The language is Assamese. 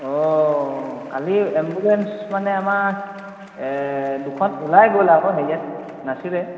অঁ কালি এম্বুলেঞ্চ মানে আমাৰ দুখন ওলাই গ'ল আৰু হেৰিয়াত নাছিলে